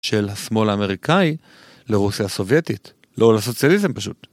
של השמאל האמריקאי לרוסיה הסובייטית, לא לסוציאליזם פשוט.